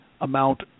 amount